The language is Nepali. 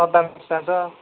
श्रद्धा मिस जान्छ